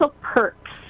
perks